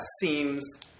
seems